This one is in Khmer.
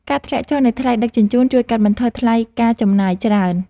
ការធ្លាក់ចុះនៃថ្លៃដឹកជញ្ជូន ជួយកាត់បន្ថយថ្លៃការចំណាយច្រើន។